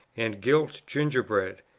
and gilt gingerbread,